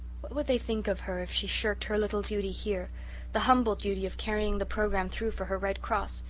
what would they think of her if she shirked her little duty here the humble duty of carrying the programme through for her red cross?